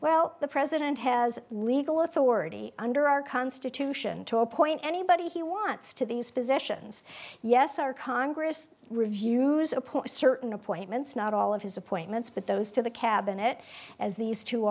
well the president has legal authority under our constitution to appoint anybody he wants to these positions yes our congress reviews appoint certain appointments not all of his appointments but those to the cabinet as these two